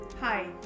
hi